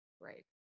Right